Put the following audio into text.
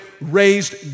raised